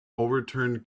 overturned